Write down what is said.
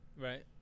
Right